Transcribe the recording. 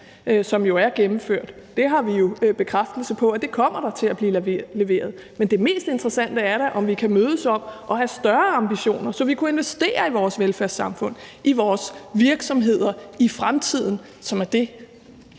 som jo er gennemført. Det har vi jo en bekræftelse på kommer til at blive leveret. Men det mest interessante er da, om vi kan mødes om at have større ambitioner, så vi kunne investere i vores velfærdssamfund, i vores virksomheder, i fremtiden, som er det,